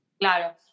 Claro